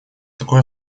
такое